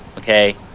Okay